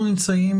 אנחנו נמצאים